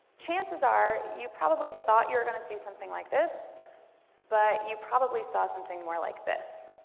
chances are you probably thought you were going to see something like this but you probably saw something more like this.